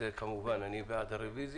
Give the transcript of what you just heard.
אז, כמובן, אני בעד הרוויזיה.